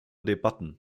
debatten